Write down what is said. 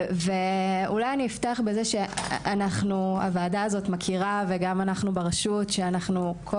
אני אפתח בזה שהוועדה הזאת מכירה וגם אנחנו ברשות שאנחנו כל